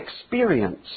experience